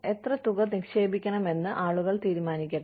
എത്ര തുക നിക്ഷേപിക്കണമെന്ന് ആളുകൾ തീരുമാനിക്കട്ടെ